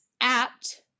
apt